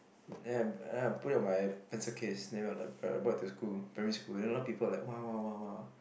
then I I put it on my pencil case then we're like I brought it to school primary school then a lot of people like !wah! !wah! !wah! !wah!